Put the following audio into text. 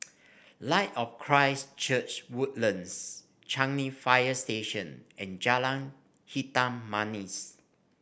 Light of Christ Church Woodlands Changi Fire Station and Jalan Hitam Manis